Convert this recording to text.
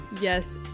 Yes